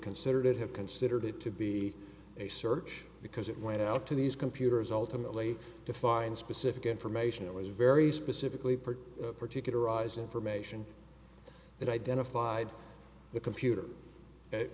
considered it have considered it to be a search because it went out to these computers ultimately to find specific information it was very specifically particularize information that identified the computer it